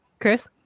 Chris